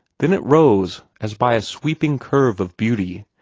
then it rose as by a sweeping curve of beauty,